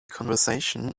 conversation